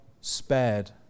spared